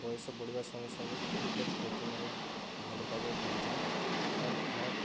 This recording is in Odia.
ବୟସ ବଢ଼ିବା ସଙ୍ଗେ ସଙ୍ଗେ କ୍ରିକେଟ ପ୍ରତି ମୋର ଭଲପାଇବା ବି ବଢ଼ିଥିଲା ଆଉ ଏହା